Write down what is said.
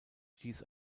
stieß